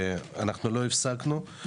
ולא הפסקנו,